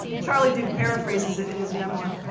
charlie duke paraphrases in his memoir.